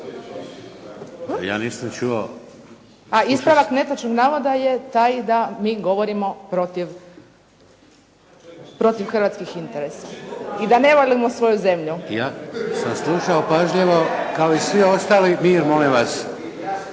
Tanja (SDP)** A ispravak netočnog navoda je taj da mi govorimo protiv hrvatskih interesa i da ne volimo svoju zemlju. **Šeks, Vladimir (HDZ)** Ja sam slušao pažljivo kao i svi ostali. Mir molim vas.